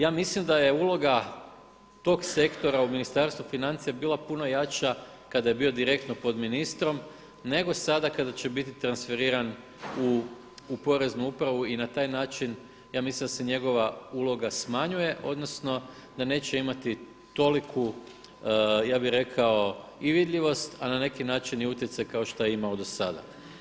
Ja mislim da je uloga tog sektora u Ministarstvu financija bila puno jača kada je bio direktno pod ministrom nego sada kada će biti transferiran u poreznu upravu i na taj način ja mislim da se njegova uloga smanjuje odnosno da neće imati toliku, ja bih rekao, i vidljivost, a na neki način i utjecaj kao što je imao do sada.